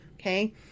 Okay